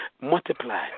multiply